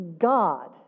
God